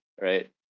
right